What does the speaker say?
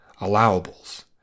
Allowables